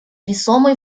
весомый